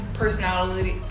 personality